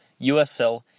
USL